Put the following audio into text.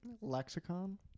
lexicon